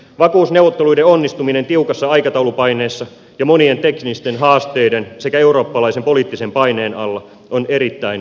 vakuusneuvotteluiden onnistuminen tiukassa aikataulupaineessa ja monien teknisten haasteiden sekä eurooppalaisen poliittisen paineen alla on erittäin hyvä saavutus